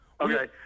Okay